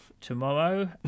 tomorrow